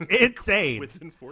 insane